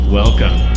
welcome